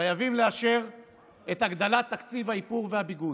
חייבים לאשר את הגדלת תקציב האיפור והביגוד.